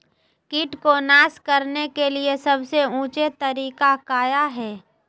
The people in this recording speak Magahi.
किट को नास करने के लिए सबसे ऊंचे तरीका काया है?